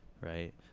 Right